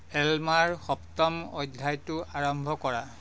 এলমাৰ সপ্তম অধ্যায়টো আৰম্ভ কৰা